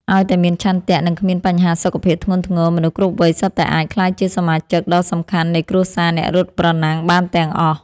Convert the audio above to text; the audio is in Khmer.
ឱ្យតែមានឆន្ទៈ និងគ្មានបញ្ហាសុខភាពធ្ងន់ធ្ងរ មនុស្សគ្រប់វ័យសុទ្ធតែអាចក្លាយជាសមាជិកដ៏សំខាន់នៃគ្រួសារអ្នករត់ប្រណាំងបានទាំងអស់។